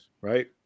right